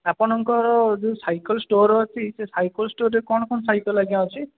ଆପଣଙ୍କର ଯେଉଁ cycle store ଅଛି ସେ ସାଇକେଲ ଷ୍ଟୋର୍ରେ କ'ଣ କ'ଣ ସାଇକେଲ ଆଜ୍ଞା ଅଛି